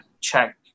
check